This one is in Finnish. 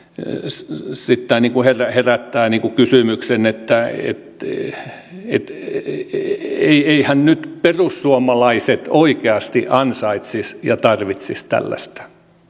elvis esittää niin voi tehdä taimikokysymyksenä tai tämä herättää kysymyksen että eiväthän nyt perussuomalaiset oikeasti ansaitsisi ja tarvitsisi tällaista